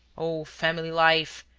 oh, family life.